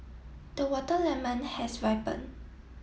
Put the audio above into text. the water lemon has ripened